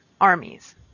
armies